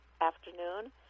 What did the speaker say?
afternoon